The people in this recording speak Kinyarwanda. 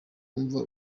wumva